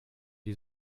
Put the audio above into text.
die